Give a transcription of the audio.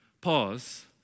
Pause